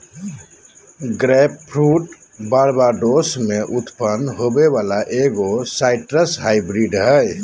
grapefruit Barbados में उत्पन्न होबो वला एगो साइट्रस हाइब्रिड हइ